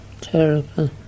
terrible